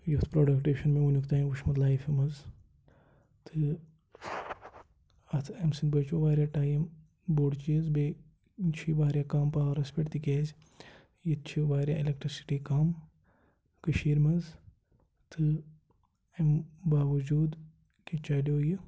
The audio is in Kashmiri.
یُتھ پرٛوڈَکٹ چھُ مےٚ وٕنیُک تام وٕچھمُت لایفہِ منٛز تہٕ اَتھ اَمہِ سۭتۍ بچو واریاہ ٹایِم بوٚڈ چیٖز بیٚیہِ چھُ یہِ واریاہ کَم پاورَس پٮ۪ٹھ تِکیٛازِ یہِ تہِ چھِ واریاہ اٮ۪لٮ۪کٹِرٛسِٹی کَم کٔشیٖرِ منٛز تہٕ اَمہِ باوجوٗد تہِ چَلیو یہِ